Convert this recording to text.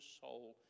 soul